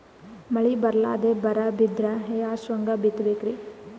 ಮಳಿ ಬರ್ಲಾದೆ ಬರಾ ಬಿದ್ರ ಯಾ ಶೇಂಗಾ ಬಿತ್ತಮ್ರೀ?